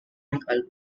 album